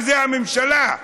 שזו הממשלה,